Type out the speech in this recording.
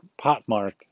Potmark